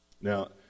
Now